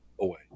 away